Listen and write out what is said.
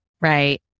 Right